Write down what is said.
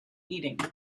eating